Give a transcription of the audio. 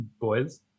boys